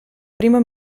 primo